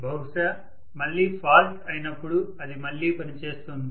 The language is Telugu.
బహుశా మళ్లీ ఫాల్ట్ అయినప్పుడు అది మళ్లీ పనిచేస్తుంది